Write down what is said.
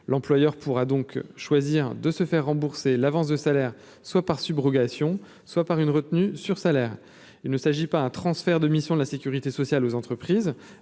l'employeur pourra donc choisir de se faire rembourser l'avance de salaire, soit par subrogation soit par une retenue sur salaire, il ne s'agit pas un transfert de missions de la sécurité sociale, aux entreprises,